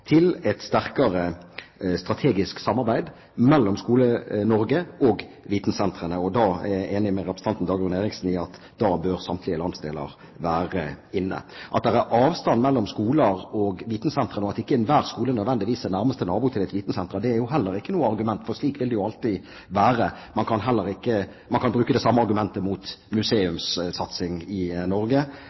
et sterkere strategisk samarbeid til mellom Skole-Norge og vitensentrene. Jeg enig med representanten Dagrun Eriksen i at da bør samtlige landsdeler være inne. At det er avstand mellom skoler og vitensentrene, og at ikke enhver skole nødvendigvis er nærmeste nabo til et vitensenter, er heller ikke noe argument, for slik vil det jo alltid være. Man kan bruke det samme argumentet mot museumssatsing i Norge,